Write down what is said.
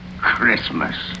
Christmas